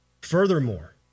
Furthermore